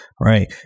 right